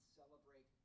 celebrate